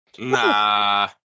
Nah